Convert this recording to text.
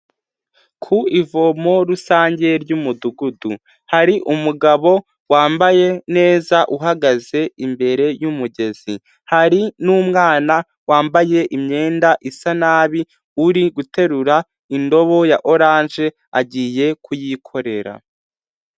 Ku ivomo rusange ry'umudugudu hari umugabo wambaye neza uhagaze imbere y'umugezi, hari n'umwana wambaye imyenda isa nabi uri guterura indobo ya oranje agiye kuyikorera.